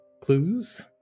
clues